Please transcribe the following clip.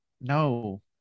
no